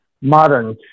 modern